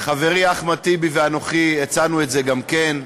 חברי אחמד טיבי ואנוכי הצענו את זה גם כן.